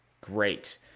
Great